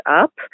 up